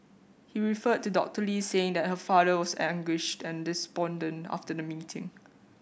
he referred to Doctor Lee saying that her father was anguished and despondent after the meeting